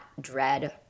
dread